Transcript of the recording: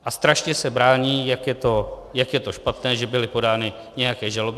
A strašně se brání, jak je to špatné, že byly podány nějaké žaloby.